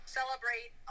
celebrate